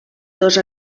dos